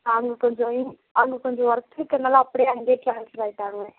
அங்கே கொஞ்சம் இ அங்கே கொஞ்சம் ஒர்க் இருக்கிறதுனால அப்படியே அங்கேயே டிரான்ஸ்ஃபர் ஆயிட்டாங்க